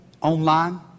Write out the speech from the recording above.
online